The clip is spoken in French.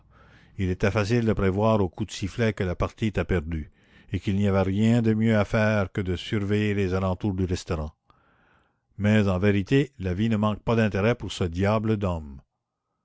il était facile de prévoir au coup de sifflet que la partie était perdue et qu'il n'y avait rien de sérieux à faire que de surveiller les alentours du restaurant mais en vérité la vie ne manque pas d'intérêt avec ce diable d'homme